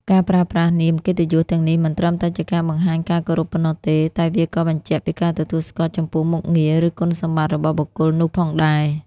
ការប្រើប្រាស់នាមកិត្តិយសទាំងនេះមិនត្រឹមតែជាការបង្ហាញការគោរពប៉ុណ្ណោះទេ តែវាក៏បញ្ជាក់ពីការទទួលស្គាល់ចំពោះមុខងារ ឬគុណសម្បត្តិរបស់បុគ្គលនោះផងដែរ។